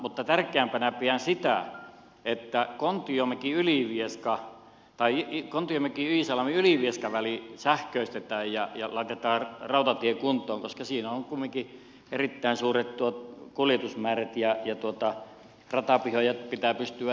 mutta tärkeämpänä pidän sitä että kontiomäki ylivieska päihitti kontiomäki iisalmi kontiomäkiiisalmiylivieska väli sähköistetään ja laitetaan rautatie kuntoon koska siinä on kumminkin erittäin suuret kuljetusmäärät ja ratapihoja pitää pystyä jatkamaan